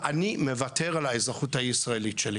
ואני מוותר על האזרחות הישראלית שלי,